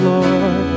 Lord